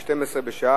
16:00.